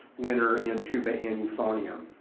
winner in tuba and euphonium.